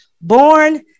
born